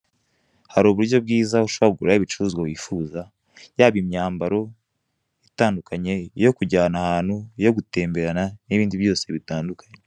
Hari uburyo bwiza ushobora kuguriraho ibicuruzwa wifuza yaba imyambaro itandukanye iyo kujyana ahantu, iyo gutemberana n'ibindi byose bitandukanye.